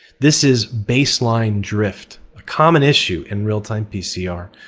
this is baseline drift, a common issue in real-time pcr.